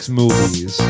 movies